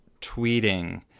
tweeting